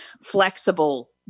flexible